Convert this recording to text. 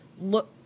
look